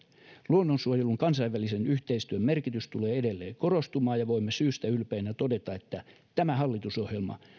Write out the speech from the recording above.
luonnonsuojelun kansainvälisen yhteistyön merkitys tulee edelleen korostumaan ja voimme syystä ylpeinä todeta että tämä hallitusohjelma